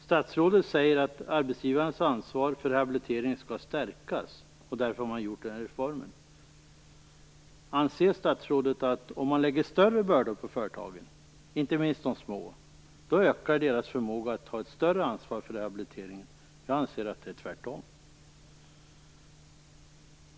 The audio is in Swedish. Statsrådet säger att arbetsgivarens ansvar för rehabilitering skall stärkas och att man därför vill införa denna reform. Anser statsrådet att om man lägger större bördor på företagen - inte minst de små - ökar deras förmåga att ta ett större ansvar för rehabiliteringen? Jag anser att det är tvärtom.